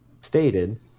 stated